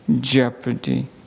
jeopardy